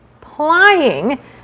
plying